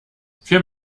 für